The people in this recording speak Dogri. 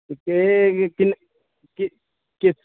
ते केह् किस